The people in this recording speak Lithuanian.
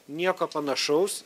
nieko panašaus